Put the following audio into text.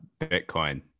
Bitcoin